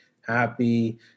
happy